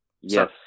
Yes